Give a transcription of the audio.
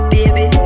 Baby